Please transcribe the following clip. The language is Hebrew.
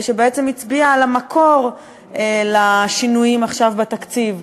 שבעצם הצביע על המקור לשינויים עכשיו, בתקציב.